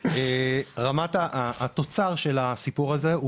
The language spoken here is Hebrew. פה --- רמת התוצר של הסיפור הזה,